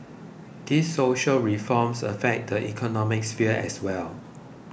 these social reforms affect the economic sphere as well